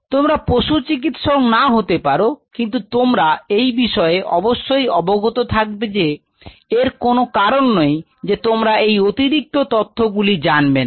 তোমরা পশু চিকিৎসক না হতে পারো কিন্তু তোমরা এই বিষয়ে অবশ্যই অবগত থাকবে যে এর কোনো কারণ নেই যে তোমরা এই অতিরিক্ত তথ্য গুলি জানবে না